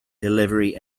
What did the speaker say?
delivery